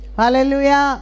Hallelujah